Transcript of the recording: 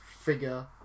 figure